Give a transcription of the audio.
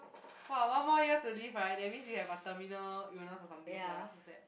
[wah] one more year to live right that means you have a terminal illness of something sia so sad